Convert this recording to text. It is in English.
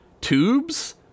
tubes